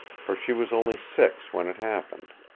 for she was only six when it happened.